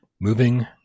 moving